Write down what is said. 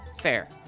fair